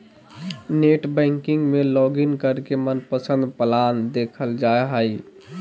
net banking में login करके मनपसंद प्लान देखल जा हय